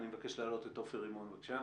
אני מבקש להעלות את עופר רימון, בבקשה.